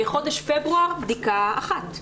בחודש פברואר בדיקה אחת,